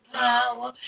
power